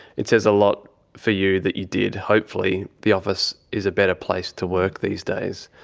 it says a lot for you that you did. hopefully the office is a better place to work these days.